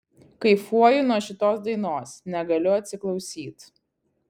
kaifuoju nuo šitos dainos negaliu atsiklausyt